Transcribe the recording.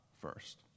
first